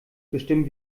bestimmen